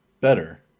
better